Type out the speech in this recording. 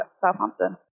Southampton